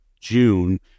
June